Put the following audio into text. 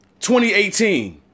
2018